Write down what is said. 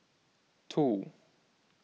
two